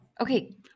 Okay